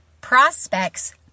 prospects